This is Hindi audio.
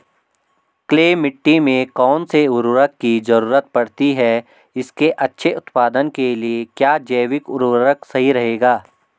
क्ले मिट्टी में कौन से उर्वरक की जरूरत पड़ती है इसके अच्छे उत्पादन के लिए क्या जैविक उर्वरक सही रहेगा?